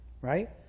right